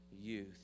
youth